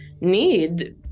need